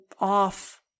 off